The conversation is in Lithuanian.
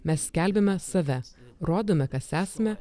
mes skelbiame save rodome kas esame